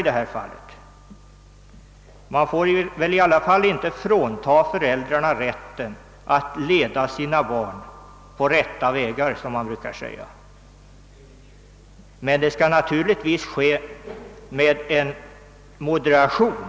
I varje fall bör man inte frånta föräldrarna rätten att leda sina barn på rätta vägar, som det brukar heta. Naturligtvis skall detta göras med moderation.